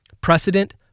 Precedent